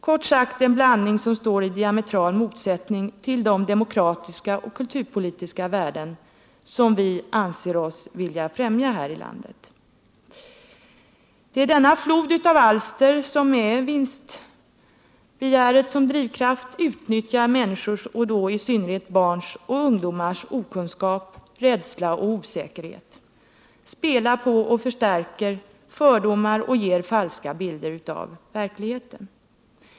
Kort sagt en blandning som står i diametral motsättning till de demokratiska och kulturpolitiska värden som vi anser oss vilja främja här i landet. Det är denna flod av alster, som med vinstbegäret som drivkraft utnyttjar människors och i synnerhet barns och ungdomars okunskap, rädsla och osäkerhet, spelar på och förstärker fördomar och ger falska bilder av verkligheten.